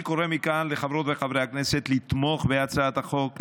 אני קורא מכאן לחברות וחברי הכנסת לתמוך בהצעת החוק,